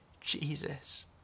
Jesus